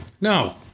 No